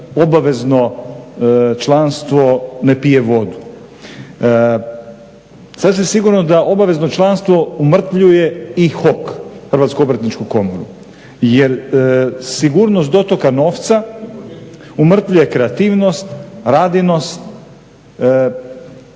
obavezno članstvo ne pije vodu. Sasvim sigurno da obavezno članstvo umrtvljuje i HOK, Hrvatsku obrtničku komoru jer sigurnost dotoka novca umrtvljuje kreativnost, radinost.